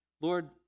Lord